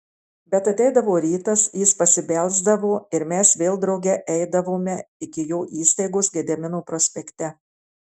bet ateidavo rytas jis pasibelsdavo ir mes vėl drauge eidavome iki jo įstaigos gedimino prospekte